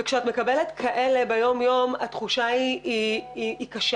וכשאת מקבלת כאלה ביום-יום, התחושה היא קשה.